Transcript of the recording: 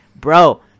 bro